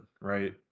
right